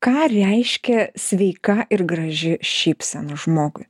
ką reiškia sveika ir graži šypsena žmogui